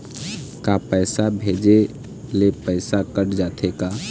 का पैसा भेजे ले पैसा कट जाथे का?